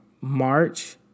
March